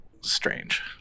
strange